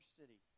city